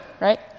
right